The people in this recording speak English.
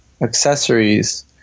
accessories